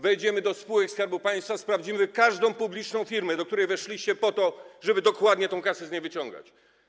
Wejdziemy do spółek Skarbu Państwa, sprawdzimy każdą publiczną firmę, do której weszliście po to, żeby dokładnie tę kasę z niej wyciągać.